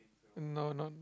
no not